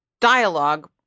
dialogue